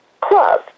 club